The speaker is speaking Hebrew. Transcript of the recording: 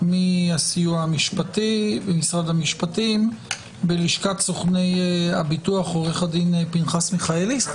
מהסיוע המשפטי במשרד המשפטים ומלשכת סוכני הביטוח עורך דין פנחס מיכאלי.